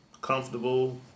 comfortable